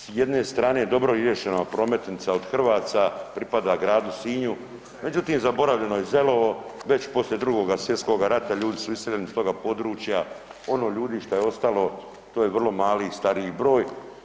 S jedne strane dobro riješena prometnica od Hrvaca pripada gradu Sinju, međutim, zaboravljeno je Zelovo, već poslije II. svj. rata ljudi su iseljeni s toga područja, ono ljudi što je ostalo, to je vrlo mali, stariji broj.